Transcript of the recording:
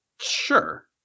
Sure